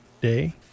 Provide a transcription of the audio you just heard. day